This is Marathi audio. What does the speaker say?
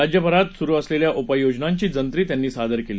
राज्यभरात सुरू असलेल्या उपाय योजनांची जंत्री त्यांनी सादर केली